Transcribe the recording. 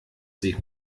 sie